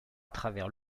travers